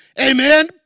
Amen